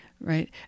right